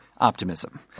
optimism